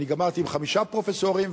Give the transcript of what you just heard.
אני גמרתי עם חמישה פרופסורים,